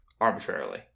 Arbitrarily